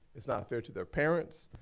it's not fair to their parents,